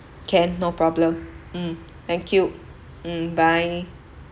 can no problem mm thank you mm bye